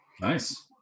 Nice